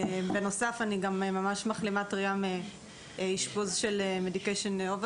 בנוסף אני גם ממש מחלימה טרייה מאשפוז של לקיחת יתר